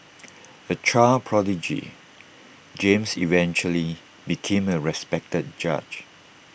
A child prodigy James eventually became A respected judge